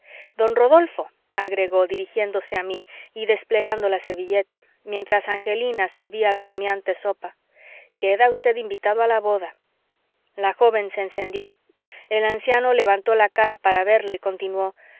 don rodolfo agregó dirigiéndose a mí y desplegando la servilleta mientras angelina servía la humeante sopa queda usted invitado a la boda la joven se encendió el anciano levantó la cara para verla y continuó